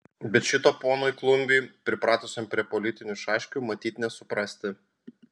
bet šito ponui klumbiui pripratusiam prie politinių šaškių matyt nesuprasti